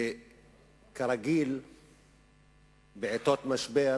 וכרגיל בעתות משבר